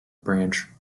branch